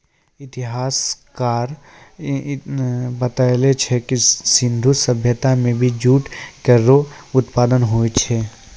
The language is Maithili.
इतिहासकार बताबै छै जे सिंधु सभ्यता म भी जूट केरो उत्पादन होय छलै